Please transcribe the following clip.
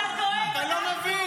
כמה עולה גבינה לבנה?